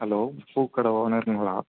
hello பூக்கடை ஓனருங்களா